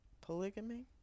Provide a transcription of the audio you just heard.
polygamy